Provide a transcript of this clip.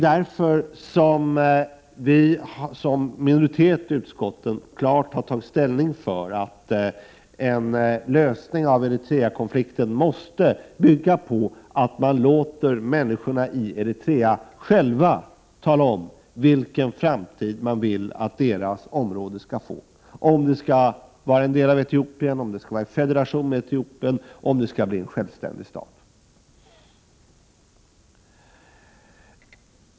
Därför har vi i utskottsminoriteten klart tagit ställning för en lösning av Eritreakonflikten, som bygger på att man låter människorna i Eritrea själva avgöra vilken framtid deras område skall få — om området skall vara en del av Etiopien, om det skall vara en federation med Etiopien eller om det skall bli en självständig stat.